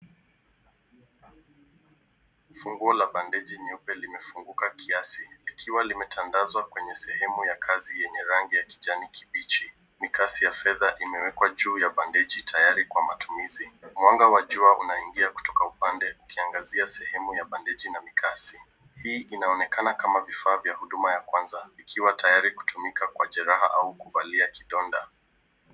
Funguo la bandeji nyeupe limefunguka kiasi, likiwa limetandazwa kwenye sehemu ya kazi yenye rangi ya kijani kibichi. Mikasi ya fedha imewekwa juu ya bandeji tayari kwa matumizi. Mwanga wa jua unaingia kutoka upande, ukiangazia sehemu ya bandeji na mikasi. Hii inaonekana kama vifaa vya huduma ya kwanza, ikiwa tayari kutumika kwa jeraha au kuvalia kidonda.